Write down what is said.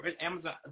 amazon